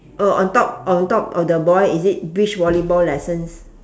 oh on top on top of the boy is it beach volleyball lessons